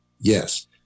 yes